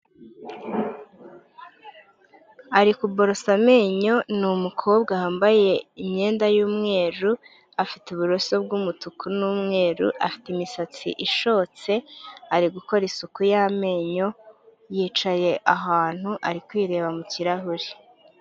Ari kuborosa amenyo ni mukobwa wambaye imyenda y'umweru, afite uburoso bw'umutuku n'umweru, afite imisatsi ishotse, ari gukora isuku y'amenyo yicaye ahantu ari kwireba mu kirahure.